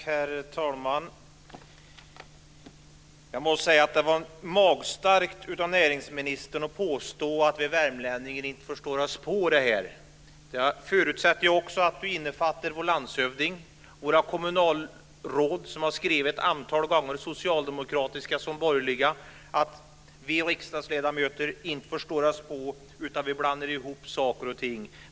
Herr talman! Jag måste säga att det var magstarkt av näringsministern att påstå att vi värmlänningar inte förstår oss på det här. Jag förutsätter att du då också innefattar vår landshövding och våra kommunalråd - såväl socialdemokratiska som borgerliga - som har skrivit ett antal gånger. Vi riksdagsledamöter förstår oss alltså inte på detta, utan blandar ihop saker och ting.